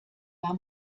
war